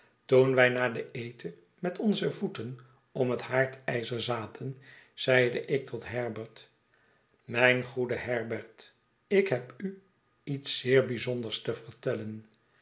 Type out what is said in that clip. toen wij na den eten met pnze voeten op het haardijzer zaten zeide ik tot herbert mijn goede herbert ik heb u iets zeer bijzonders te vertellen